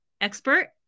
expert